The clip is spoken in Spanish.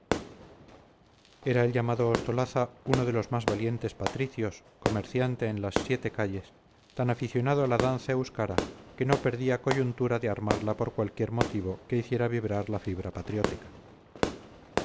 era el llamado ostolaza uno de los más valientes patricios comerciante en las siete calles tan aficionado a la danza euskara que no perdía coyuntura de armarla por cualquier motivo que hiciera vibrar la fibra patriótica